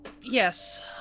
yes